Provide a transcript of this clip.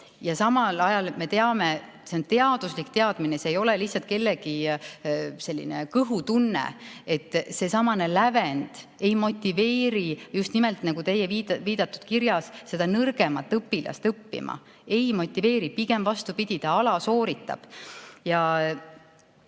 Samal ajal me teame – see on teaduslik teadmine, see ei ole lihtsalt kellegi kõhutunne –, et seesama lävend ei motiveeri – just nimelt nagu teie viidatud kirjas oli – seda nõrgemat õpilast õppima. Ei motiveeri, pigem vastupidi, see õpilane alasooritab. On